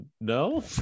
No